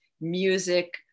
music